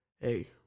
hey